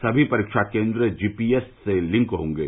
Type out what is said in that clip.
समी परीक्षा केन्द्र जीपीएस से लिंक हॉगे